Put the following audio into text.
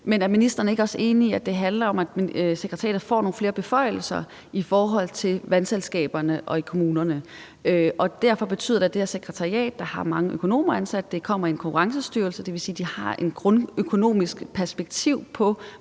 men er ministeren ikke også enig i, at det handler om, at sekretariatet får nogle flere beføjelser i forhold til vandselskaberne og kommunerne? Og det betyder, at det sekretariat, der har mange økonomer ansat, er under Konkurrence- og Forbrugerstyrelsen, og det vil sige, at de har et grundlæggende økonomisk perspektiv på